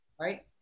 Right